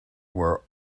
were